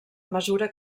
mesura